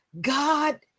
God